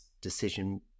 decision